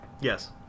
Yes